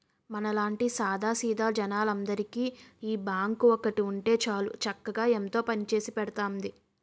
మనలాంటి సాదా సీదా జనాలందరికీ ఈ బాంకు ఒక్కటి ఉంటే చాలు చక్కగా ఎంతో పనిచేసి పెడతాంది